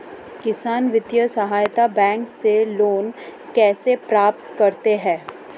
किसान वित्तीय सहायता बैंक से लोंन कैसे प्राप्त करते हैं?